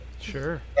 Sure